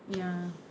ya